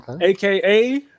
aka